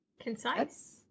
concise